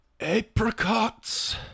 apricots